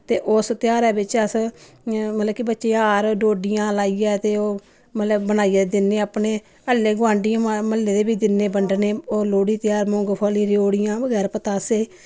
ते उस तेहारे बिच अस मतलब कि बच्चें ई हार डोडियां लाइयै ते ओह् मतलब बनाइयै दिन्ने अपने हल्ले गोआंढियें म्हल्ले दे बी दिन्ने बंडने और लोह्ड़ी तेहार मुंगफली रेओड़िआं बगैरा पतासे